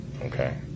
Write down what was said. Okay